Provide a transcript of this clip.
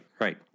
Right